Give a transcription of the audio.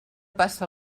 passa